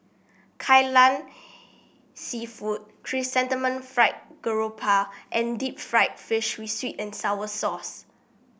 Kai Lan seafood Chrysanthemum Fried Garoupa and Deep Fried Fish with sweet and sour sauce